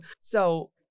So-